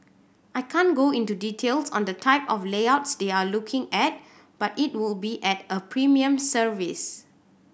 I can't go into details on the type of layouts they're looking at but it would be at a premium service